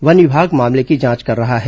one विभाग मामले की जांच कर रहा है